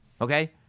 Okay